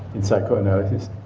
in psychoanalysis?